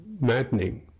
maddening